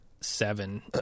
seven